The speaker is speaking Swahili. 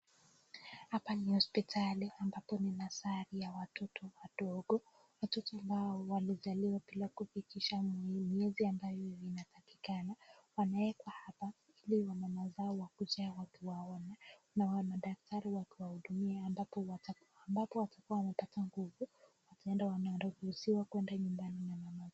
Hapa ni hospitali ambapo ni nursery ya watoto wadogo watoto ambao walizaliwa bila kufikisha miezi ambayo inatakikana wamewekwa hapa ili wamama zao wakuje wakiwaona na madaktari wakiwahudumia ambako watakuwa wamepata nguvu wakienda wanaruhusiwa kuenda nyumbani.